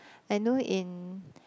I know in